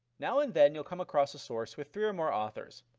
now and then you'll come across a source with three or more authors.